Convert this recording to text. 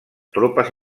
tropes